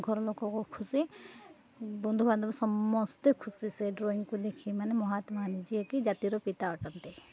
ମୋ ଘରଲୋକ ବହୁତ ଖୁସି ବନ୍ଧୁବାନ୍ଧବ ସମସ୍ତେ ଖୁସି ସେ ଡ୍ରଇଂକୁ ଦେଖି ମାନେ ମହାତ୍ମାଗାନ୍ଧୀ ଯିଏକି ଜାତିର ପିତା ଅଟନ୍ତି